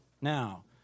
Now